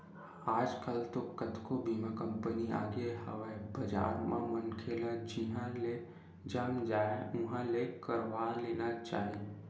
आजकल तो कतको बीमा कंपनी आगे हवय बजार म मनखे ल जिहाँ ले जम जाय उहाँ ले करवा लेना चाही